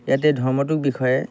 ইয়াতে ধৰ্মটোৰ বিষয়ে